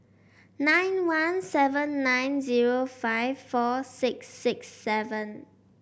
nine one seven nine zero five four six six seven